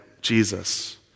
Jesus